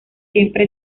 siempre